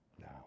now